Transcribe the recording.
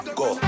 go